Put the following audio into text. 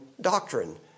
doctrine